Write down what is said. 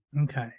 Okay